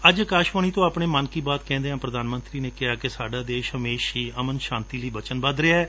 ਅੱਜ ਅਕਾਸ਼ਵਾਣੀ ਤੋਂ ਆਪਣੇ ਮਨ ਕੀ ਬਾਤ ਕਹਿੰਦਿਆਂ ਪੁਧਾਨ ਮੰਤਰੀ ਨੇ ਕਿਹਾ ਕਿ ਸਾਡਾ ਦੇਸ਼ ਹਮੇਸ਼ਾ ਹੀ ਅਮਨ ਸ਼ਾਂਤੀ ਲਈ ਬਚਨਬੱਧ ਰਿਹੈ